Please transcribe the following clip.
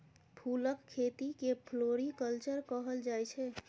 फुलक खेती केँ फ्लोरीकल्चर कहल जाइ छै